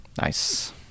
Nice